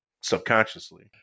subconsciously